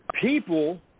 people